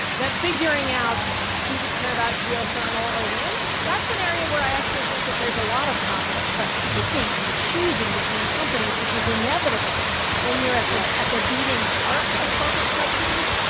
figuring out do we care about geothermal or wind. that's an area where i actually think that there's a lot of competence, but picking and choosing between companies, which is inevitable when you're at the at the beating heart of corporate subsidies,